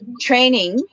training